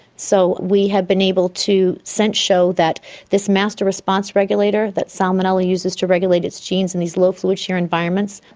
so we have been able to since show that this master response regulator that salmonella uses to regulate its genes in these low fluid shear environments,